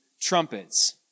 trumpets